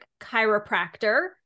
chiropractor